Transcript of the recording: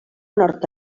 nord